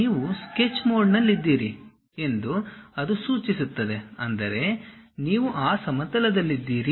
ನೀವು ಸ್ಕೆಚ್ ಮೋಡ್ನಲ್ಲಿದ್ದೀರಿ ಎಂದು ಅದು ಸೂಚಿಸುತ್ತದೆ ಅಂದರೆ ನೀವು ಆ ಸಮತಲದಲ್ಲಿದ್ದೀರಿ